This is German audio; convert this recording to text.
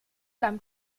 beim